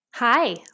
Hi